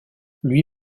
lui